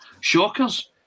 shockers